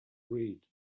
read